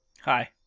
Hi